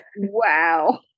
Wow